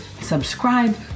subscribe